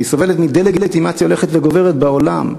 והיא סובלת מדה-לגיטימציה הולכת וגוברת בעולם,